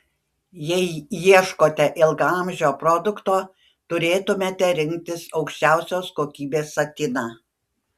jei ieškote ilgaamžio produkto turėtumėte rinktis aukščiausios kokybės satiną